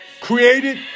Created